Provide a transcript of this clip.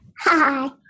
Hi